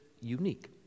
unique